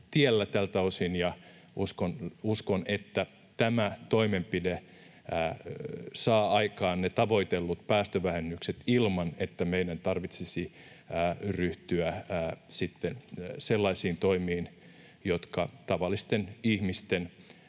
ja uskon, että tämä toimenpide saa aikaan ne tavoitellut päästövähennykset ilman, että meidän tarvitsisi ryhtyä sellaisiin toimiin, jotka tavallisten ihmisten